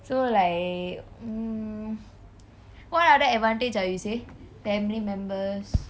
so like what other advantage ah you say family members